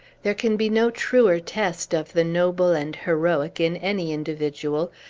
there can be no truer test of the noble and heroic, in any individual,